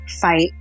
fight